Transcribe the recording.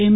M